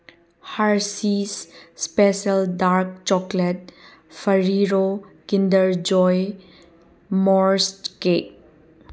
Hershey's special dark chocolate Ferrero Kinder Joy ꯃꯣꯔꯁꯀꯦ